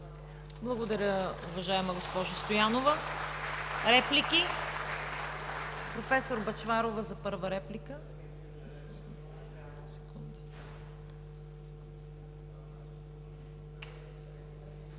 Благодаря, уважаема госпожо Стоянова. Реплики? Професор Бъчварова – първа реплика. СВЕТЛА